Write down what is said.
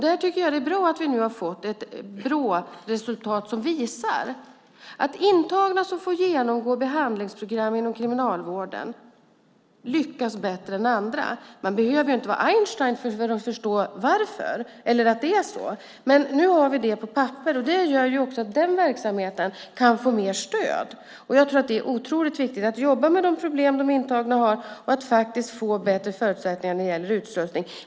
Där tycker jag att det är bra att vi nu har fått ett Bråresultat som visar att intagna som får genomgå behandlingsprogram inom kriminalvården lyckas bättre än andra. Man behöver inte vara Einstein för att förstå att det är så, men nu har vi det på papper. Det gör också att den verksamheten kan få mer stöd. Jag tror att det är otroligt viktigt att jobba med de problem som de intagna har och se till att de får bättre förutsättningar när det gäller utslussning.